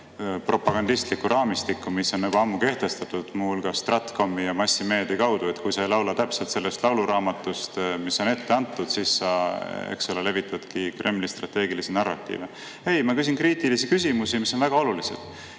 propagandistlikku raamistikku, mis on juba ammu kehtestatud, muu hulgas stratkomi ja massimeedia kaudu, et kui sa ei laula täpselt sellest lauluraamatust, mis on ette antud, siis sa levitadki Kremli strateegilisi narratiive. Ei, ma küsin kriitilisi küsimusi, mis on väga olulised.